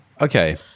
Okay